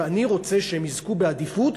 ואני רוצה שהם יזכו בעדיפות,